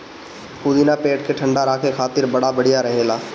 पुदीना पेट के ठंडा राखे खातिर बड़ा बढ़िया रहेला